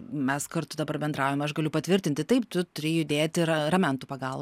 mes kartu dabar bendraujam aš galiu patvirtinti taip tu turi judėti yra ramentų pagal